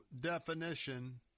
definition